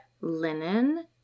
linen